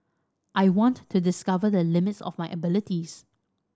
I wanted to discover the limits of my abilities